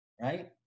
right